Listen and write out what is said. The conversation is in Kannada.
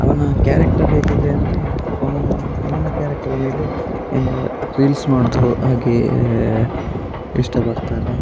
ಅವನ ಕ್ಯಾರೆಕ್ಟರ್ ಹೇಗಿದೆ ಅಂದರೆ ಅವನ ಕ್ಯಾರೆಕ್ಟರ್ ಮೇಲೆ ಎಂತ ರೀಲ್ಸ್ ಮಾಡುವುದು ಹಾಗೇ ಇಷ್ಟಪಡ್ತಾರೆ